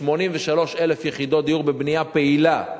83,000 יחידות דיור בבנייה פעילה.